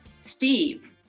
Steve